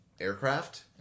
aircraft